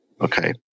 Okay